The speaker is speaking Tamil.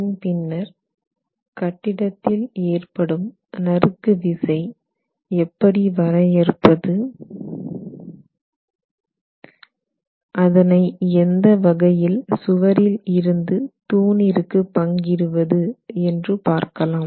அதன் பின்னர் கட்டிடத்தில் ஏற்படும் நறுக்கு விசை எப்படி வரையறுப்பது அதனை எந்த வகையில் சுவரில் இருந்து தூணிற்கு பங்கிடுவது என்று பார்க்கலாம்